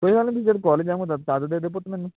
ਕੋਈ ਗੱਲ ਨਹੀਂ ਤੁਸੀਂ ਜੱਦ ਕੋਲੇਜ ਆਉਂਗੇ ਤਾਂ ਤੱਦ ਦੇ ਦਿਓ ਪੁੱਤ ਮੈਨੂੰ